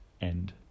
end